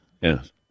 Yes